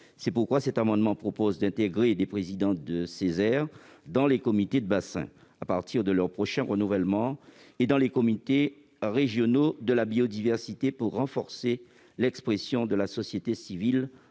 C'est pourquoi cet amendement vise à intégrer les présidents de Ceser dans les comités de bassin à partir de leur prochain renouvellement et dans les comités régionaux de la biodiversité pour renforcer l'expression de la société civile